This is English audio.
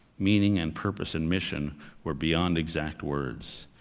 meaning and purpose and mission were beyond exact words.